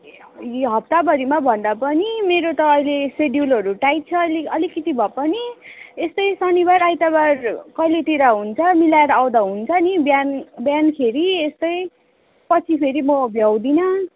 हप्ताभरिमा भन्दा पनि मेरो त अहिले सेड्युलहरू टाइट छ अलिकति भए पनि यस्तै शनिबार आइतबार कहिलेतिर हुन्छ मिलाएर आउँदा हुन्छ नि बिहान बिहानखेरि यस्तै पछि फेरि म भ्याउदिनँ